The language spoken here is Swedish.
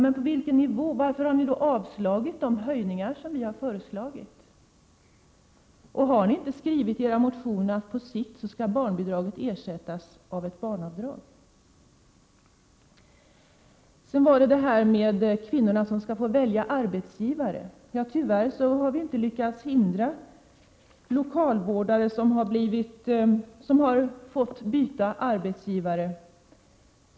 Men varför har ni då avstyrkt de höjningar som vi har föreslagit? Har ni inte skrivit i era motioner att barnbidraget på sikt skall ersättas av ett barnavdrag? Sedan handlade det om att kvinnor skall få välja arbetsgivare. Tyvärr har vi inte lyckats hindra att lokalvårdare har fått byta arbetsgivare.